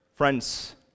Friends